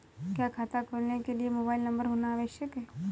क्या खाता खोलने के लिए मोबाइल नंबर होना आवश्यक है?